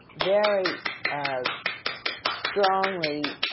very um strongly